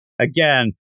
again